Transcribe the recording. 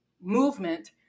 movement